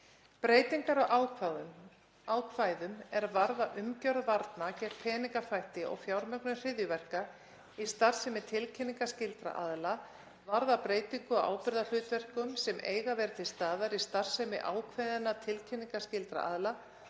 Breytingar á ákvæðum er varða umgjörð varna gegn peningaþvætti og fjármögnun hryðjuverka í starfsemi tilkynningarskyldra aðila varðar breytingu á ábyrgðarhlutverkum sem eiga að vera til staðar í starfsemi ákveðinna tilkynningarskyldra aðila